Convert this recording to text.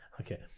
Okay